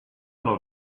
load